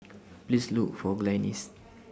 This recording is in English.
Please Look For Glynis